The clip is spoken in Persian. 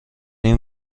این